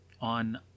on